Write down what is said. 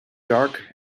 dark